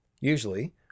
Usually